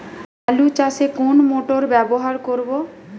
আলু চাষে কোন মোটর ব্যবহার করব?